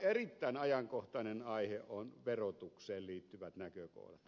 erittäin ajankohtainen aihe on verotukseen liittyvät näkökohdat